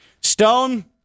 Stone